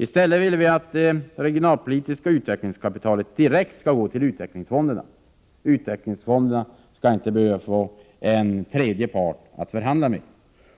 I stället vill vi att det regionalpolitiska utvecklingskapitalet direkt skall gå till utvecklingsfonderna — de skall inte behöva ha en tredje part att förhandla med.